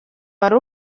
wari